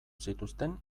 zituzten